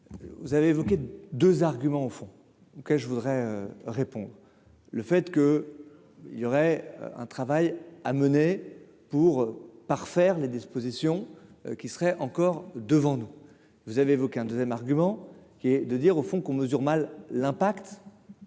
vous avez évoqué 2 arguments au fond que je voudrais répondre : le fait que, il y aurait un travail à mener pour parfaire les dispositions qui serait encore devant nous, vous avez-vous qu'un 2ème, argument qui est de dire au fond qu'on mesure mal l'impact